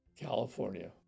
California